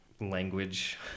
language